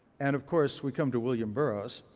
and of course, we come to william burroughs,